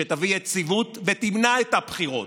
שתביא יציבות ותמנע את הבחירות.